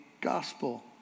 gospel